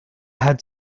had